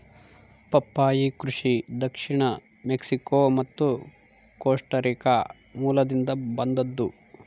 ಪಪ್ಪಾಯಿ ಕೃಷಿ ದಕ್ಷಿಣ ಮೆಕ್ಸಿಕೋ ಮತ್ತು ಕೋಸ್ಟಾರಿಕಾ ಮೂಲದಿಂದ ಬಂದದ್ದು